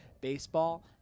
baseball